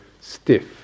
stiff